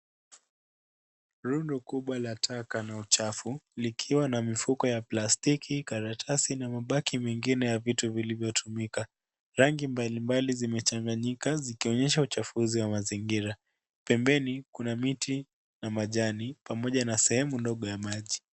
Rundo kubwa la taka na uchafu likiwa na mfuko ya plastiki, karatasi na mabaki mengine ya vitu vilivyotumika rangi mbali mbali zimechanganyika zikionyesha uchafuzi wa mazingira. Pembeni kuna miti na majani pamoja na sehemu ndogo ya maji.